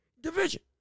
division